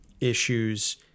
issues